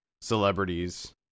celebrities